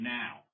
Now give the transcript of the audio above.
now